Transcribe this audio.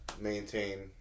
maintain